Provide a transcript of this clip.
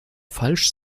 falsch